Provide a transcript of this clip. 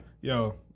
Yo